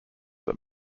that